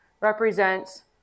represents